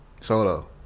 Solo